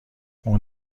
اون